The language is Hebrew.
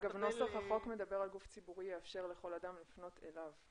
נוסח החוק אומר שגוף ציבורי יאפשר לכל אדם לפנות אליו.